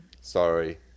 Sorry